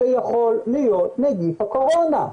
זה יכול להיות נגיף הקורונה.